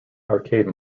arcade